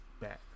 back